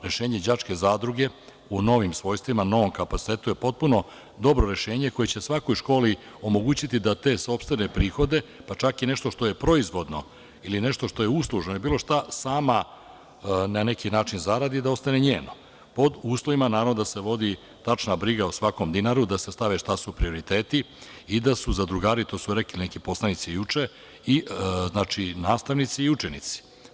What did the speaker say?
Rešenje đačke zadruge, u novim svojstvima, novom kapacitetu, je potpuno dobro rešenje koje će svakoj školi omogućiti da te sopstvene prihode, pa čak i nešto što je proizvodno ili nešto što je uslužno ili bilo šta, sama na neki način zaradi i da ostane njeno, pod uslovima, naravno, da se vodi tačna briga o svakom dinaru, da se stavi šta su prioriteti i da su zadrugari, to su rekli neki poslanici juče, i nastavnici i učenici.